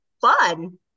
fun